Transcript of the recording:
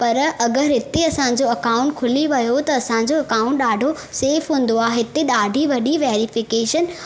पर अगरि हिते असांजो अकाऊंट खुली वियो त असांजो अकाऊंट ॾाढो सेफ हूंदो आहे हिते ॾाढी वॾी वैरिफिकेशन